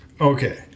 okay